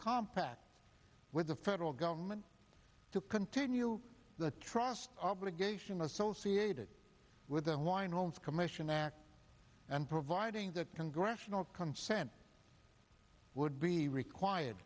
compact with the federal government to continue the trust obligation associated with in line homes commission act and providing that congressional consent would be required